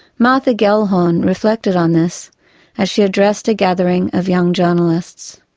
martha gellhorn reflected on this as she addressed a gathering of young journalists.